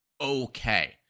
okay